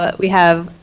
but we have